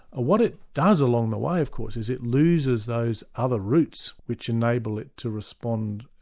ah what it does along the way, of course, is it loses those other roots which enable it to respond,